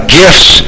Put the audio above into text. gifts